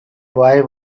boy